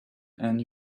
and